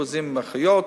אחוזים אחיות,